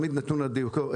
להעמיד נתון על דיוקו.